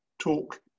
talk